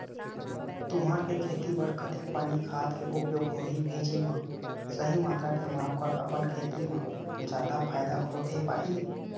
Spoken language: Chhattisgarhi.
तुंहर के खेती बर कतेक पानी खाद के उपयोग होही भेजे मा सही मात्रा के माप कर अपन खेती मा जादा फायदा होथे पाही?